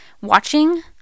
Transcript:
watching